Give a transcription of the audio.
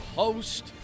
host